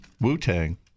Wu-Tang